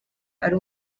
ari